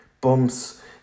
bumps